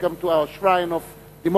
Welcome to our shrine of democracy,